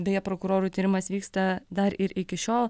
beje prokurorų tyrimas vyksta dar ir iki šiol